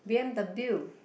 B_M_W